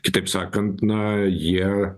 kitaip sakant na jie